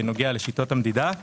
שנוגע לשיטות המדידה.